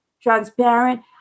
transparent